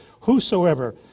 whosoever